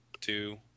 two